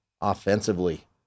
offensively